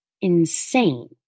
insane